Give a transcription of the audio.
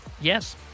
Yes